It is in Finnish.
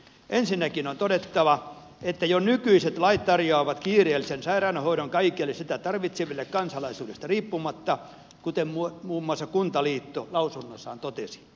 ensinnäkin on todettava että jo nykyiset lait tarjoavat kiireellisen sairaanhoidon kaikille sitä tarvitseville kansalaisuudesta riippumatta kuten muun muassa kuntaliitto lausunnossaan totesi